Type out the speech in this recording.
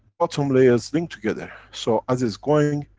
bottom layers link together. so as it's going,